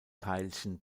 teilchen